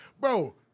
Bro